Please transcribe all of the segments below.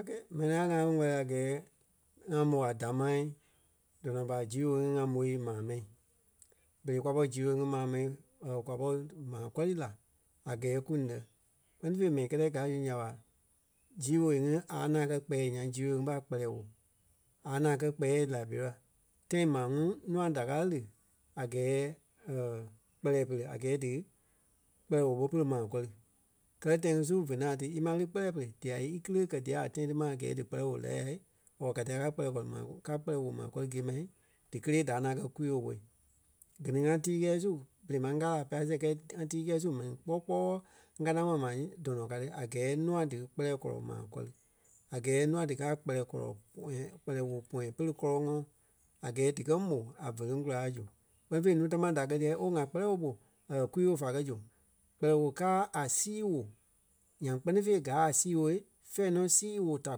Ok. M̀ɛnii ŋai ŋá kɛ́ wɛ́li a gɛɛ ŋa mó a damaa dɔnɔ ɓa zii woo ŋí ŋa môi maa mɛni. Berei kwa pɔri zii woo ŋí maa mɛni kwa pɔri maa kɔri la a gɛɛ kú nɛ́. Kpɛ́ni fêi mɛni kɛ́tɛ gaa zu nya ɓa zii woo ŋí a ŋaŋ kɛ́ kpɛɛ nyaŋ zii woo ɓa kpɛlɛɛ woo. A ŋaŋ kɛ́ kpɛɛ Liberia. Tãi maa ŋuŋ nûa da káa lí a gɛɛ kpɛlɛɛ pere a gɛɛ dí kpɛlɛɛ woo ɓó pere maa kɔ́ri kɛ́lɛ tãi ŋí su vé ŋaŋ ti. Ímaa lí kpɛlɛɛ pere dîa íkili e kɛ̀ dia a tãi ti ma a gɛɛ dí kpɛlɛɛ woo lɛ́ yai or ká dia káa kpɛlɛɛ kɔlɔ maa ká kpɛlɛɛ woo maa kɔri gîe ma díkeleee da ŋaŋ kɛ kwii-woo ɓó. Gɛ ni ŋá tii kɛɛ su berei máŋ ŋ́gaa a Pasɛ kɛɛ ŋa tii kɛɛ su mɛni kpɔ́ kpɔ́ɔ ŋ́anaa ŋɔɔ maa dɔnɔ ka ti a gɛɛ nûa dí kpɛlɛɛ kɔlɔ maa kɔ̀ri. A gɛɛ nûa díkaa a kpɛlɛɛ kɔlɔ kpɛlɛɛ woo pɔ̃yɛ pere kɔlɔŋɔɔ a gɛɛ dikɛ mó a vɔlɔŋ kulaa zu. Kpɛ́ni fêi núu tamaa da kɛ́ diyɛ ooo ŋa kpɛlɛɛ woo ɓó kwii-woo fá kɛ́ zu. Kpɛlɛɛ woo káa a sii woo nyaŋ kpɛ́ni fêi gaa a sii woo fɛ̂ɛ nɔ sii woo da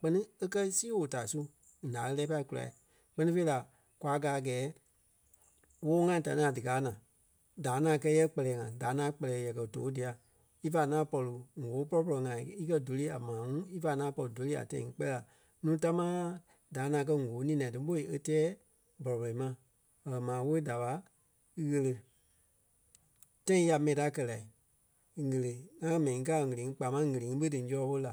kpɛ́ni e kɛ̀ sii woo da su ǹaa e lɛ́ɛ pai kula. Kpɛ́ni fêi la kwa gáa a gɛɛ woo ŋai ta ni ŋai díkaa naa. Daa ŋaŋ kɛɛ yɛ kpɛlɛɛ ŋai. Daa ŋaŋ kpɛlɛɛ yɛkɛ tòo dia. Ífa ŋaŋ pɔri ŋ̀óo pɔlɔ-pɔlɔ ŋai e kɛ̀ dóli a maa ŋuŋ ífa ŋaŋ pɔri dóli a tãi ŋí kpɛɛ la nuu támaa daa ŋaŋ kɛ́ ŋ̀óo ninai ti ɓoi e tɛɛ bɔlɔ-bɔlɔ ma. Maa woo da ɓa ɣele. Tãi ya mɛni ta kɛ lai ɣele ŋá mɛni ŋí kaa a ɣele ŋí kpaa máŋ ɣele ŋí ɓé dí zɔlɔ ɓo la